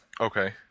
Okay